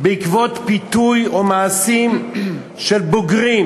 בעקבות פיתוי או מעשים של בוגרים,